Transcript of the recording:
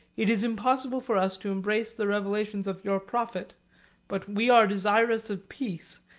it is impossible for us to embrace the revelations of your prophet but we are desirous of peace,